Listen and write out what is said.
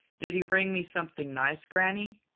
did you bring me something nice, granny?